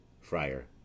Friar